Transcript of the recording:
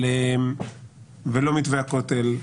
לא הזה.